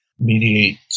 mediate